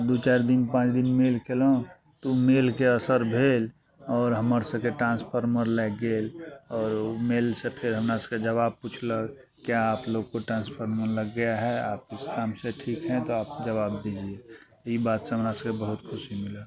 दू चारि दिन पाँच दिन मेल कयलहुँ तऽ उ मेलके असर भेल आओर हमर सबके ट्रान्सफर्मर लागि गेल आओर ओ मेलसँ फेर हमरा सबके जबाव पुछलक क्या आप लोक को ट्रान्स्फर्मर लग गया है आप उस काम से ठीक हैं तो आप जबाव दीजिए ई बातसँ हमरा सबके बहुत खुशी मिलल